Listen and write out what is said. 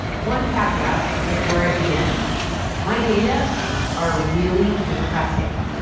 one caveat before i begin my data are really depressing.